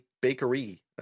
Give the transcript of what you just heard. bakery